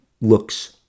looks